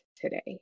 today